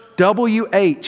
WH